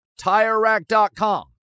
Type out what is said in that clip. TireRack.com